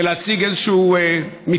ולהציג איזה מתווה,